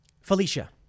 Felicia